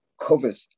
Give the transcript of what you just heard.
covered